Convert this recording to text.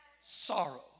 sorrow